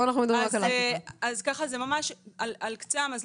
כאן אנחנו מדברים רק על אכיפה.